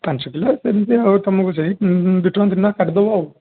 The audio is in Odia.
ପାଞ୍ଚ କିଲୋ ସେମିତି ଆଉ ଏମିତି ଦୁଇଟଙ୍କା ତିନିଟଙ୍କା କାଟିଦବା ଆଉ